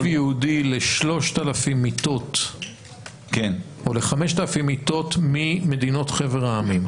ייעודי ל-3,000 מיטות או ל-5,000 מיטות ממדינות חבר העמים,